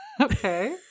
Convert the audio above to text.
okay